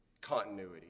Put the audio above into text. continuity